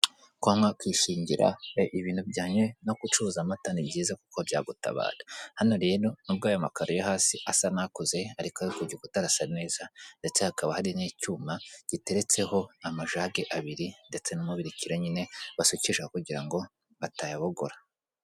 Kuba mwakwishingira ibintu bijyanye no gucuruza amata ni byiza kuko byagutabara. Hano rero nubwo aya makaro yo hasi asa n'akoze ariko ayo ku gikuta arasa neza ndetse hakaba hari n'icyuma giteretseho amajage abiri ndetse n'umubirikira nyine basukisha kugira ngo batayabogora.